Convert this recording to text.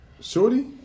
Shorty